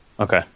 Okay